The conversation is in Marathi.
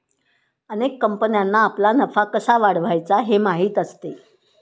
अनेक कंपन्यांना आपला नफा कसा वाढवायचा हे माहीत असते